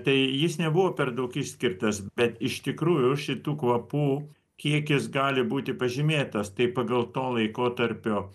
tai jis nebuvo per daug išskirtas bet iš tikrųjų šitų kvapų kiekis gali būti pažymėtas tai pagal to laikotarpio